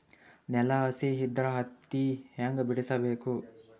ನೆಲ ಹಸಿ ಇದ್ರ ಹತ್ತಿ ಹ್ಯಾಂಗ ಬಿಡಿಸಬೇಕು?